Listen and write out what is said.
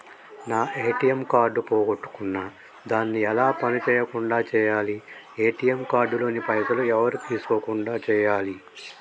నా ATM card పోగొట్టుకున్నా దాన్ని ఎలా పని చేయకుండా చేయాలి ఏ.టి.ఎమ్ కార్డు లోని పైసలు ఎవరు తీసుకోకుండా చేయాలి?